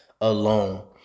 alone